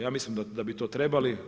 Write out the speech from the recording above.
Ja mislim da bi to trebali.